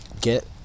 Get